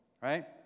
right